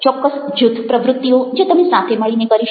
ચોક્કસ જૂથ પ્રવૃત્તિઓ જે તમે સાથે મળીને કરી શકો